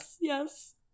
Yes